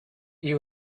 you